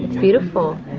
beautiful.